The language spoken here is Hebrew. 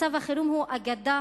מצב החירום הוא אגדה